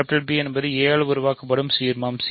p என்பது a ஆல் உருவாக்கப்படும் சீர்மமாகும்